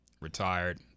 retired